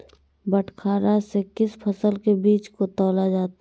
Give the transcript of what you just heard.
बटखरा से किस फसल के बीज को तौला जाता है?